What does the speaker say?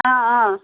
آ آ